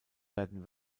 werden